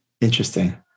Interesting